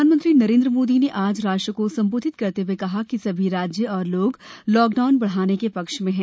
प्रधानमंत्री नरेन्द्र मोदी ने आज राष्ट्र को संबोधित करते हुए कहा कि सभी राज्य और लोग लॉकडाउन बढ़ाने के पक्ष में हैं